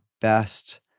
best